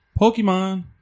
Pokemon